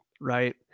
right